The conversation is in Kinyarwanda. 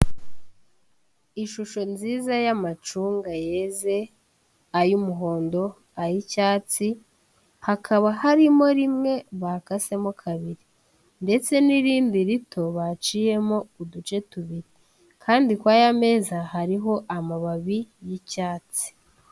Ishusho nziza y'amacunga yeze, ay'umuhondo, ay'icyatsi, hakaba harimo rimwe bakasemo kabiri ndetse n'irindi rito baciyemo uduce tubiri, kandi kwaya meza hariho amababi y'icyatsi.